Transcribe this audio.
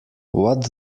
what